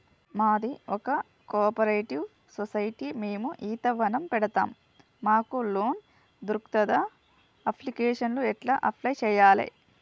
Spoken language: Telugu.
మాది ఒక కోఆపరేటివ్ సొసైటీ మేము ఈత వనం పెడతం మాకు లోన్ దొర్కుతదా? అప్లికేషన్లను ఎట్ల అప్లయ్ చేయాలే?